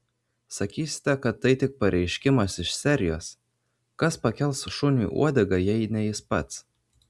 sakysite kad tai tik pareiškimas iš serijos kas pakels šuniui uodegą jei ne jis pats